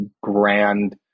grand